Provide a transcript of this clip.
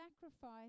sacrifice